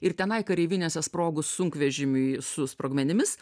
ir tenai kareivinėse sprogus sunkvežimiui su sprogmenimis